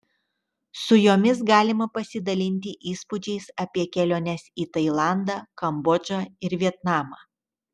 su jomis galima pasidalinti įspūdžiais apie keliones į tailandą kambodžą ir vietnamą